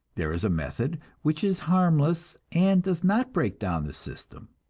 there is a method which is harmless, and does not break down the system,